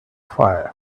fire